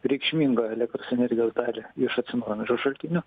reikšmingą elektros energijos dalį iš atsinaujinančio šaltinio